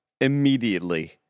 immediately